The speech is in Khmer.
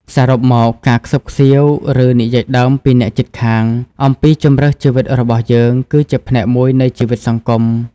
សរុបមក ការខ្សឹបខ្សៀវ ឬ និយាយដើមពីអ្នកជិតខាងអំពីជម្រើសជីវិតរបស់យើង គឺជាផ្នែកមួយនៃជីវិតសង្គម។